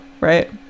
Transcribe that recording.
Right